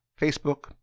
Facebook